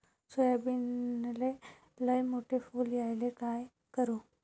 सोयाबीनले लयमोठे फुल यायले काय करू?